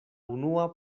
unua